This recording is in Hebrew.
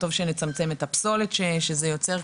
טוב שנצמצם את הפסולת שזה יוצר,